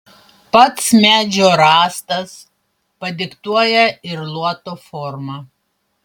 pats medžio rąstas padiktuoja ir luoto formą